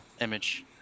image